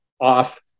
off